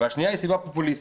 והשנייה היא סיבה פופוליסטית.